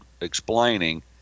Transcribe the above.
explaining